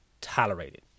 tolerated